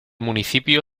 municipio